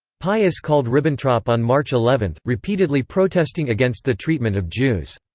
pius called ribbentrop on march eleven, repeatedly protesting against the treatment of jews.